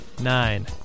Nine